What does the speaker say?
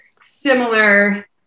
similar